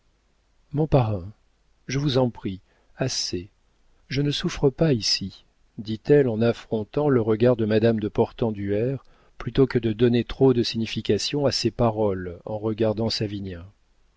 mon parrain je vous en prie assez je ne souffre pas ici dit-elle en affrontant le regard de madame de portenduère plutôt que de donner trop de signification à ses paroles en regardant savinien